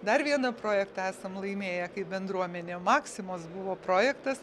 dar vieną projektą esam laimėję kaip bendruomenė maksimos buvo projektas